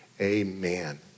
amen